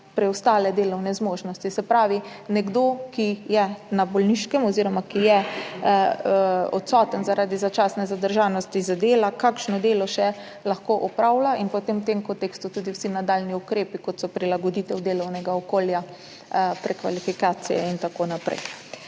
preostale delovne zmožnosti, se pravi, nekdo, ki je na bolniški oziroma ki je odsoten zaradi začasne zadržanosti z dela, kakšno delo še lahko opravlja in potem so v tem kontekstu tudi vsi nadaljnji ukrepi, kot so prilagoditev delovnega okolja, prekvalifikacije in tako naprej.